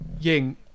Ying